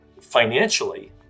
financially